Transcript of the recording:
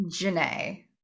janae